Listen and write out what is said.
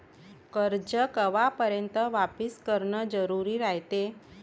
कर्ज कवापर्यंत वापिस करन जरुरी रायते?